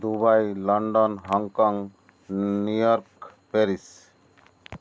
Dubai London Hong Kong New York Paris